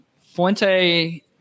Fuente